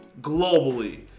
globally